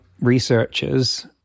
researchers